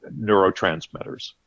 neurotransmitters